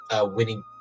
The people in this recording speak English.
winning